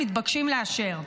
מתבקשים לאשר?